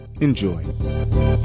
Enjoy